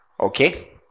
Okay